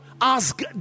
ask